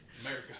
America